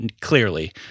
clearly